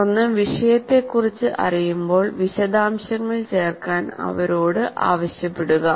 തുടർന്ന് വിഷയത്തെക്കുറിച്ച് അറിയുമ്പോൾ വിശദാംശങ്ങൾ ചേർക്കാൻ അവരോട് ആവശ്യപ്പെടുക